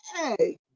Hey